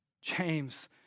James